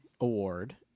Award